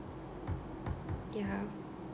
ya